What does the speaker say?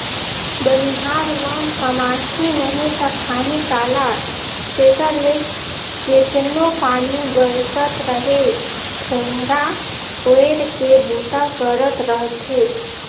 बनिहार मन कमाही नही ता खाही काला तेकर ले केतनो पानी बरसत रहें खोम्हरा ओएढ़ के बूता करत रहथे